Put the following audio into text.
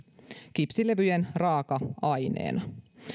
kipsilevyjen raaka aineena